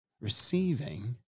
receiving